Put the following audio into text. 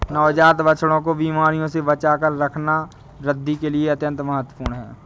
नवजात बछड़ों को बीमारियों से बचाकर रखना वृद्धि के लिए अत्यंत महत्वपूर्ण है